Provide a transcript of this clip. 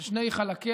על שני חלקיה,